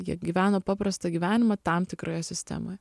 jie gyveno paprastą gyvenimą tam tikroje sistemoje